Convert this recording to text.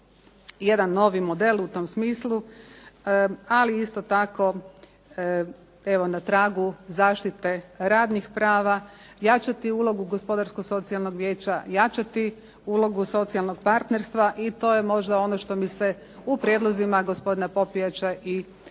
jedan novi model u tom smislu, ali isto tako evo na tragu zaštite radnih prava, jačati ulogu gospodarsko-socijalnog vijeća, jačati ulogu socijalnog partnerstva i to je možda ono što mi se u prijedlozima gospodina Popijača i najviše